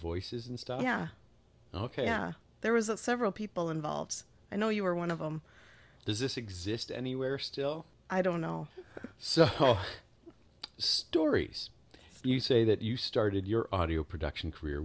voices and stuff yeah ok yeah there was a several people involved i know you were one of them does this exist anywhere still i don't know so stories you say that you started your audio production career